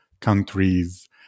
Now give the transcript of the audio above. countries